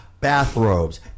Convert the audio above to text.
bathrobes